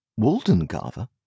Waldengarver